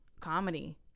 comedy